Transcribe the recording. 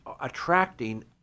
attracting